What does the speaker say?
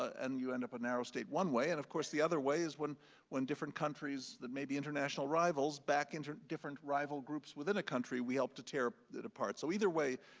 and you end up a narrow state one way, and of course the other way is when when different countries that may be international rivals back into different rival groups within a country, we help to tear it apart. so either way,